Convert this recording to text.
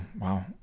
wow